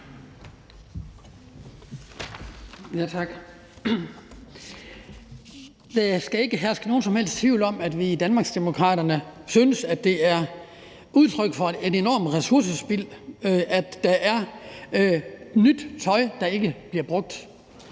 Tak. Der skal ikke herske nogen som helst tvivl om, at vi i Danmarksdemokraterne synes, at det er udtryk for et enormt ressourcespild, at der er nyt tøj, der ikke bliver brugt.